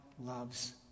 loves